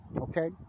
okay